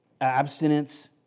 abstinence